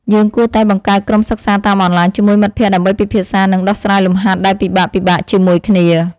យើងគួរតែបង្កើតក្រុមសិក្សាតាមអនឡាញជាមួយមិត្តភក្តិដើម្បីពិភាក្សានិងដោះស្រាយលំហាត់ដែលពិបាកៗជាមួយគ្នា។